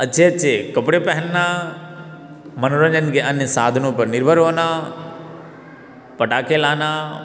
अच्छे अच्छे कपड़े पहनना मनोरंजन के अन्य साधनों पर निर्भर होना पटाके लाना